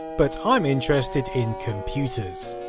but i'm interested in computers.